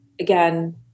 again